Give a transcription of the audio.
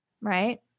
Right